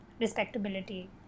respectability